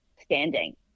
standing